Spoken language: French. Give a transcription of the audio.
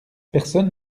personne